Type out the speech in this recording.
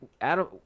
Adam